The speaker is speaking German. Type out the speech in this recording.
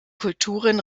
kulturen